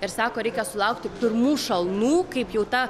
ir sako reikia sulaukti pirmų šalnų kaip jau ta